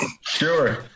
Sure